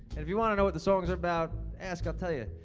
and if you want to know what the songs are about, ask. i'll tell ya.